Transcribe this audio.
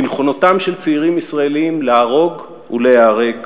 בנכונותם של צעירים ישראלים להרוג ולהיהרג,